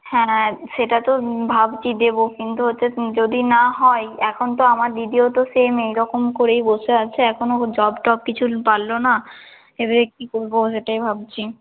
হ্যাঁ সেটা তো ভাবছি দেব কিন্তু ওতে যদি না হয় এখন তো আমার দিদিও তো সেম এই রকম করেই বসে আছে এখনও ও জব টব কিছুর পারল না এবারে কী করব সেটাই ভাবছি